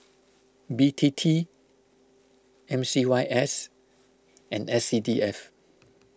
B T T M C Y S and S C D F